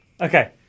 Okay